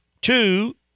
two